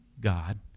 God